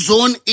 Zone